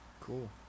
cool